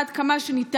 עד כמה שניתן,